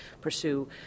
pursue